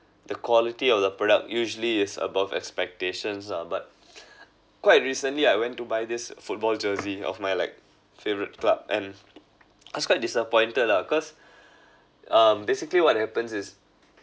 the quality of the product usually is above expectations ah but quite recently I went to buy this football jersey of my like favourite club and I was quite disappointed lah cause um basically what happen is